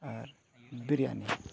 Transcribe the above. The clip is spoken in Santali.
ᱟᱨ ᱵᱤᱨᱭᱟᱱᱤ